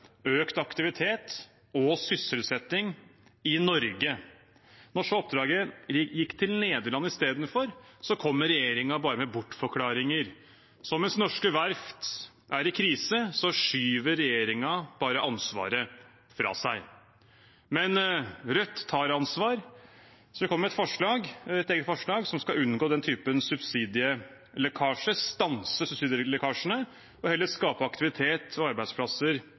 økt aktivitet og sysselsetting i Norge. Da oppdraget så gikk til Nederland istedenfor, kommer regjeringen bare med bortforklaringer. Så mens norske verft er i krise, skyver regjeringen bare ansvaret fra seg. Men Rødt tar ansvar. Vi kommer med et eget forslag som skal unngå den typen subsidielekkasje, stanse subsidielekkasjene og heller skape aktivitet og arbeidsplasser